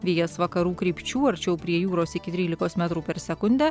vėjas vakarų krypčių arčiau prie jūros iki trylikos metrų per sekundę